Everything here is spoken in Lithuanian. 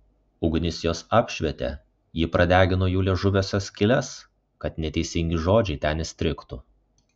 ugnis juos apšvietė ji pradegino jų liežuviuose skyles kad neteisingi žodžiai ten įstrigtų